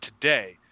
today